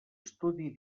estudi